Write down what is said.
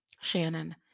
Shannon